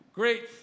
great